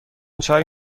چای